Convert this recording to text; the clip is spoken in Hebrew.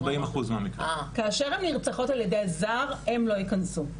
40%. כאשר הן נרצחות על-ידי אדם זר הן לא ייכנסו.